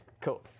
Cool